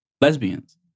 Lesbians